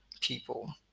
people